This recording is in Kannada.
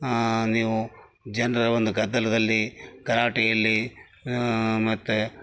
ನೀವು ಜನರ ಒಂದು ಗದ್ದಲದಲ್ಲಿ ಗಲಾಟೆಯಲ್ಲಿ ಮತ್ತು